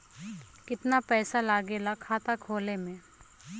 कितना पैसा लागेला खाता खोले में?